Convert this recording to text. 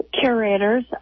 curators